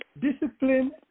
discipline